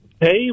hey